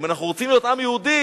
אם אנחנו רוצים להיות עם יהודי,